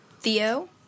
Theo